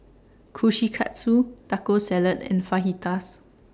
Kushikatsu Taco Salad and Fajitas